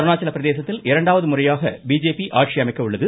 அருணாச்சலப் பிரதேசத்தில் இரண்டாவது முறையாக பிஜேபி ஆட்சி அமைக்க உள்ளது